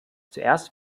zuerst